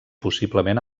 possiblement